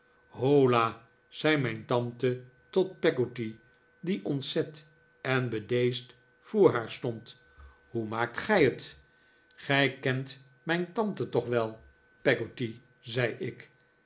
holla zei mijn tante tot peggotty die ontzet en bedeesd voor haar stond hoe maakt gij het gij kent mijn tante toch wel peggotty zei ik